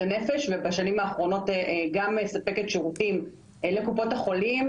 הנפש ובשנים האחרונות גם מספקת שירותים לקופות החולים,